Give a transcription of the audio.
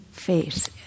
face